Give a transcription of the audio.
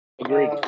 agreed